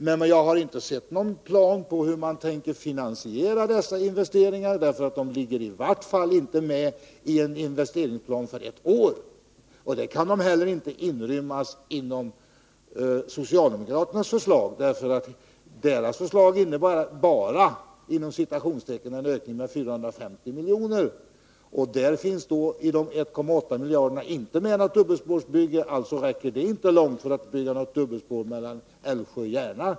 Men jag har inte sett någon plan som anger hur man tänker finansiera dessa investeringar, eftersom de i varje fall inte finns med i en investeringsplan för ett år. Och de kan inte heller inrymmas i socialdemokraternas förslag. Deras förslag innebär ”bara” en ökning med 450 milj.kr. Inom de 1,8 miljarderna finns något dubbelspårbygge inte med, och alltså räcker beloppet inte långt för att bygga ett dubbelspår mellan Älvsjö och Järna.